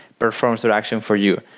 performs that action for you.